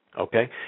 Okay